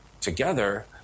together